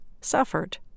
suffered